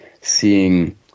seeing